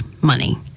money